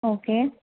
okay